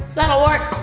that'll work!